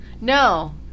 No